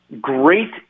great